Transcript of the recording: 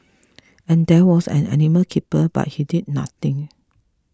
and there was an animal keeper but he did nothing